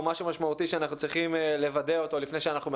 או משהו משמעותי שאנחנו צריכים לוודא אותו לפני שאנחנו מאשרים.